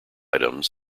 items